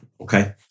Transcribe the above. Okay